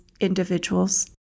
individuals